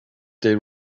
they